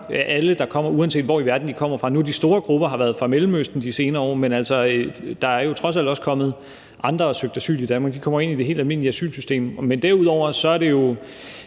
det gør alle, uanset hvor i verden de kommer fra. Nu har de store grupper været fra Mellemøsten de senere år, men der er jo trods alt også kommet andre, der har søgt asyl i Danmark. De er kommet ind i det helt almindelige asylsystem. Men derudover er det jo